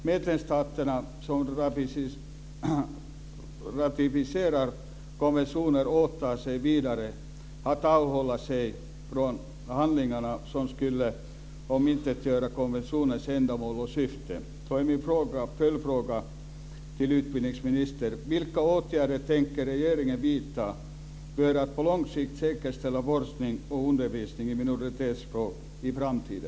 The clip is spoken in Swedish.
Medlemsstaterna som ratificerar konventionen åtar sig vidare att avhålla sig från handlingar som skulle omintetgöra konventionens ändamål och syfte.